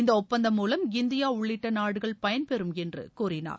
இந்த ஒப்பந்தம் மூலம் இந்தியா உள்ளிட்ட நாடுகள் பயன்பெறும் என்று கூறினார்